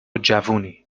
جوونی